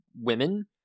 women